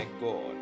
god